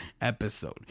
episode